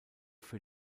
für